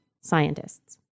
scientists